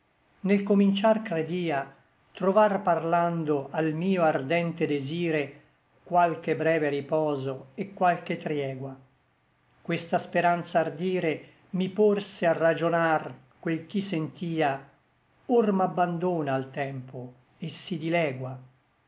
nel cominciar credia trovar parlando al mio ardente desire qualche breve riposo et qualche triegua questa speranza ardire mi porse a ragionar quel ch'i'sentia or m'abbandona al tempo et si dilegua